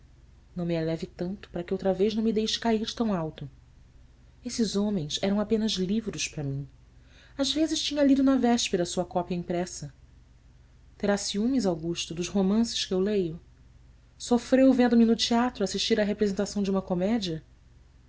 não me eleve tanto para que outra vez não me deixe cair de tão alto esses homens eram apenas livros para mim às vezes tinha lido na véspera sua cópia impressa terá ciúmes augusto dos romances que eu leio sofreu vendo-me no teatro assistir à representação de uma comédia